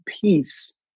peace